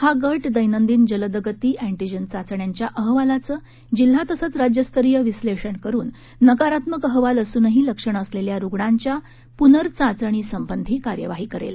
हा गट दैनंदिन जलदगती अँटीजेन चाचण्यांच्या अहवालाचं जिल्हा तसंच राज्यस्तरीय विस्सेषण करून नकारात्मक अहवाल असूनही लक्षणं असलेल्या रुग्णांच्या पुनर्चाचणी संबंधी कार्यवाही करेल